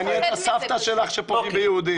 מעניין את הסבתא שלך שפוגעים ביהודים.